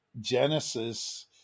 Genesis